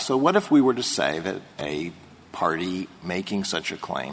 so what if we were to say that a party making such a claim